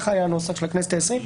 זה היה הנוסח בכנסת העשרים,